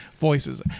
voices